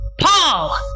Paul